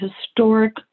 historic